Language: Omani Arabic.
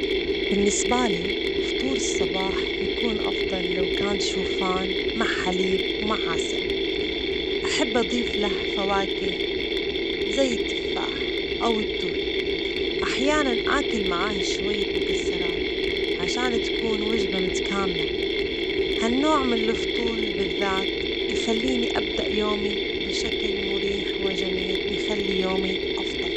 بالنسبة لي فطور الصباح يكون أفضل لو كان شوفان مع حليب مع عسل، أحب أضيف له فواكه زي التفاح، أو التوت، أحيانا آكل معاها شوية مكسرات عشان تكون وجبة متكاملة، هالنوع من الفطور بالذات يخليني أبدأ يومي بشكل مريح وجميل، ويخلي يومي أفضل.